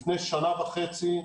לפני שנה וחצי,